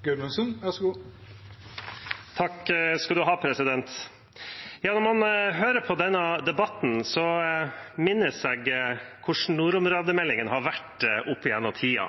Når jeg hører på denne debatten, minnes jeg hvordan nordområdemeldingene har vært opp gjennom tidene.